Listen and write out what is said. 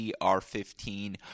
CR15